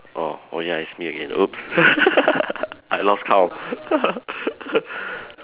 orh oh ya it's me again !oops! I lost count